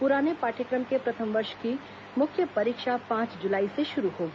पुराने पाठ्यक्रम के प्रथम वर्ष की मुख्य परीक्षा पांच जुलाई से शुरू होगी